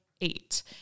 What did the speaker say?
eight